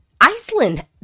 Iceland